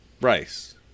rice